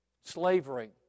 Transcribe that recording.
Slavery